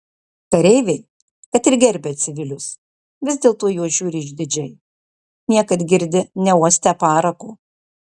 kareiviai kad ir gerbia civilius vis dėlto į juos žiūri išdidžiai niekad girdi neuostę parako